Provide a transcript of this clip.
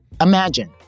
Imagine